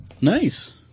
Nice